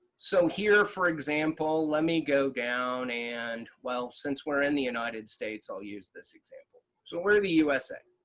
so here for example, let me go down and well, since we're in the united states, i'll use this example. so we're in the usa